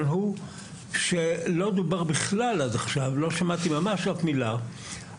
שלא שמעתי מילה לגביו עד עכשיו,